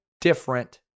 different